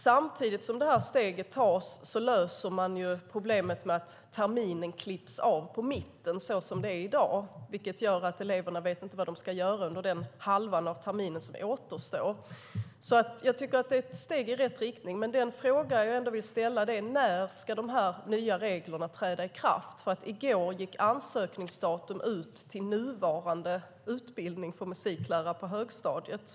Samtidigt som detta steg tas löser man problemet med att terminen klipps av på mitten, såsom det är i dag, vilket gör att eleverna inte vet vad de ska göra under den halva av terminen som återstår. Jag tycker alltså att det är ett steg i rätt riktning. Den fråga jag ändå vill ställa är: När ska de nya reglerna träda i kraft? I går gick ansökningstiden ut för nuvarande utbildning till musiklärare på högstadiet.